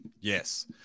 Yes